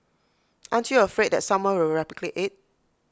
aren't you afraid that someone will replicate IT